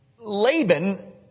Laban